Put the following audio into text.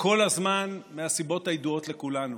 כל הזמן, מהסיבות הידועות לכולנו.